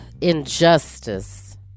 injustice